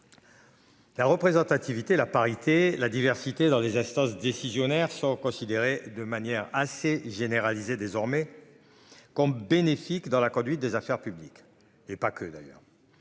La représentativité, la parité la diversité dans les instances décisionnaires sont considérées de manière assez généralisé désormais. Comme bénéfique dans la conduite des affaires publiques et pas que d'ailleurs.